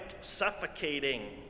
suffocating